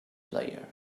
player